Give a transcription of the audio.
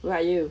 where are you